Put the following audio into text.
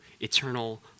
eternal